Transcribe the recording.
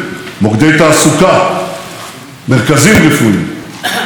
מנופים מתרוממים מעלה בשדרות ובדימונה,